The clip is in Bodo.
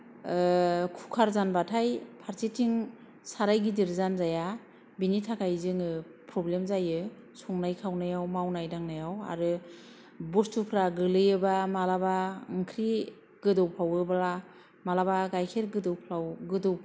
कुकार जानबाथाय फारसेथिं साराय गिदिर जानजाया बिनि थाखाय जोङो प्रब्लेम जायो संनाय खावनायाव मावनाय दांनायाव आरो बस्थुफ्रा गोलैयोब्ला मालाबा ओंख्रि गोदौफावोब्ला मालाबा गाइखेर गोदौफावोब्ला गोदौ